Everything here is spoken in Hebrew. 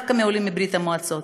דווקא בעולים מברית המועצות,